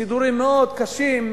סידורים מאוד קשים,